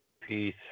Peace